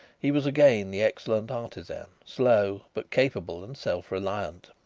he was again the excellent artisan, slow but capable and self-reliant.